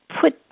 put